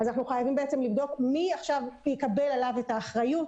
אז אנחנו חייבים בעצם לבדוק מי עכשיו יקבל עליו את האחריות,